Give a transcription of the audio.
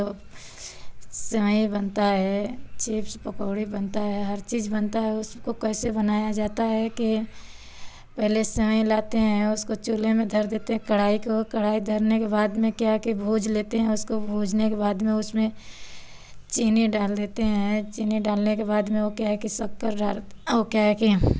सेवंई बनता है चिप्स पकौड़े बनता है हर चीज़ बनता है उसको कैसे बनाया जाता है कि पहले सेवई लाते हैं उसको चूल्हे में धर देते हैं कढ़ाई को कढ़ाई धरने के बाद में क्या है कि भूज लेते हैं उसको भूजने के बाद में उसमें चीनी डाल देते हैं चीनी के बाद में वह क्या है कि शक्कर डाल वह क्या है कि